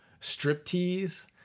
Striptease